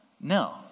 No